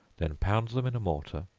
then pound them in a mortar,